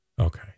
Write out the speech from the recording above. Okay